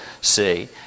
see